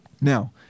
Now